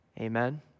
amen